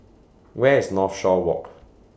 Where IS Northshore Walk